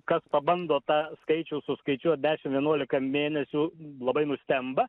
kas pabando tą skaičių suskaičiuot dešim vienuolika mėnesių labai nustemba